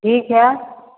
ठीक है